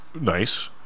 Nice